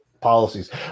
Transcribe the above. policies